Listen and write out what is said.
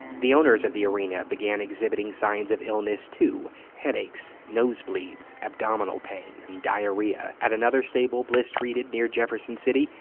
the owners of the arena began exhibiting signs of illness, too headaches, nosebleeds, abdominal pain, and diarrhea. at another stable bliss treated near jefferson city,